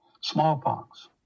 Smallpox